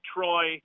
Troy